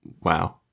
wow